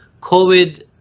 Covid